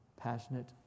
passionate